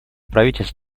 правительств